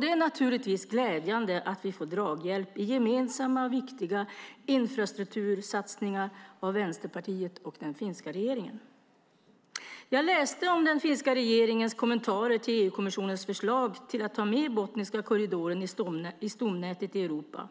Det är naturligtvis glädjande att vi får draghjälp i gemensamma viktiga infrastruktursatsningar av Vänsterförbundet och den finska regeringen. Jag läste om den finska regeringens kommentarer till EU-kommissionens förslag om att ta med Botniska korridoren i stomnätet i Europa.